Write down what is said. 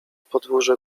podwórze